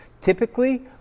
Typically